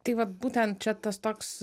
tai vat būtent čia tas toks